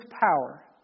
power